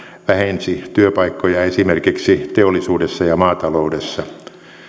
vähensi työpaikkoja esimerkiksi teollisuudessa ja maataloudessa